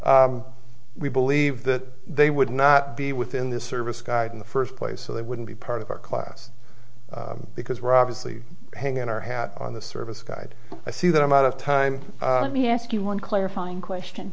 we believe that they would not be within the service guide in the first place so they wouldn't be part of our class because we're obviously hang our hat on the service guide i see that i'm out of time on me ask you one clarifying question